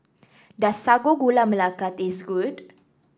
does Sago Gula Melaka taste good